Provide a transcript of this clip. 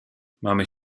mamy